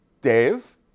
Dave